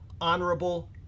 honorable